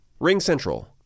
RingCentral